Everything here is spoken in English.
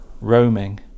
roaming